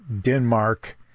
Denmark